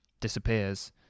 disappears